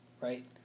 right